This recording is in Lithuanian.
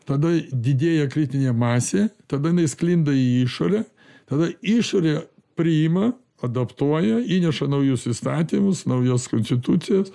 tada didėja kritinė masė tada jinai sklinda į išorę tada išorė priima adaptuoja įneša naujus įstatymus naujas konstitucijas